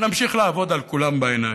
ונמשיך לעבוד על כולם בעיניים.